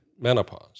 menopause